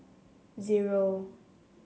zero